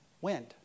wind